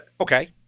Okay